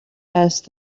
asked